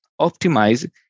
optimize